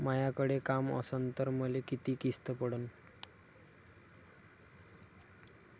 मायाकडे काम असन तर मले किती किस्त पडन?